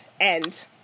End